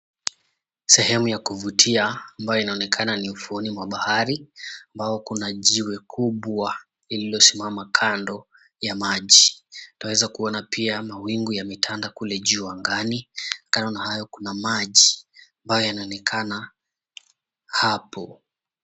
Sehemu ya kuvutia ambayo inaonekana ni ufuoni mwa bahari, ambayo kuna jiwe kubwa lililosimama kando ya maji. Twaweza kuona pia mawingu yametanda kule juu angani kando na hayo kuna maji ambayo yanaonekana hapo.